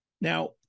Now